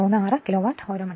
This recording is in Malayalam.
36 കിലോവാട്ട് മണിക്കൂർ